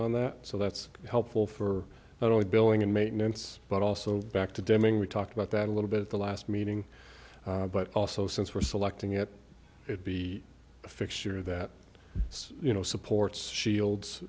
on that so that's helpful for not only billing and maintenance but also back to deming we talked about that a little bit at the last meeting but also since we're selecting it it be a fixture that you know supports shields